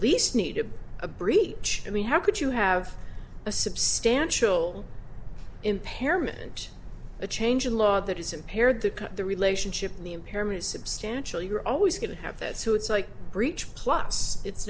least need a breach i mean how could you have a substantial impairment a change in law that is impaired that the relationship in the impairment is substantial you're always going to have that so it's like a breach plus it's